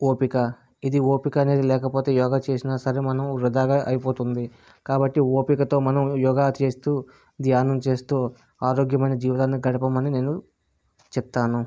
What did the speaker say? ఓపిక ఇది ఓపిక అనేది లేకపోతే యోగ చేసిన సరే మనం వృధాగా అయిపోతుంది కాబట్టి ఓపికతో మనం యోగా చేస్తూ ధ్యానం చేస్తూ ఆరోగ్యమైన జీవితాన్ని గడపమని నేను చెప్తాను